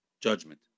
judgment